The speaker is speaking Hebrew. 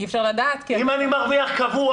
אי אפשר לדעת כי --- אם אני מרוויח קבוע